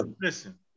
Listen